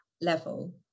level